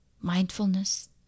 Mindfulness